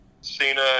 Cena